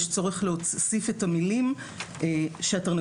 יש צורך להוסיף את המילים "שהתרנגולות